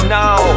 now